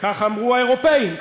כך אמרו האירופים,